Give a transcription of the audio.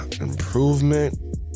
improvement